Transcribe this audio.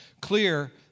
clear